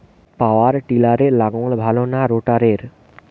পাওয়ার টিলারে লাঙ্গল ভালো না রোটারের?